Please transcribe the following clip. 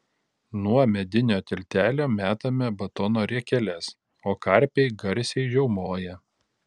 nuo medinio tiltelio metame batono riekeles o karpiai garsiai žiaumoja